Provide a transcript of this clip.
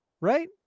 Right